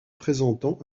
présentant